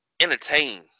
entertain